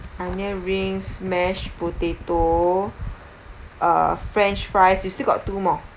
onion rings mashed potato uh french fries you still got two more